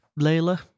Layla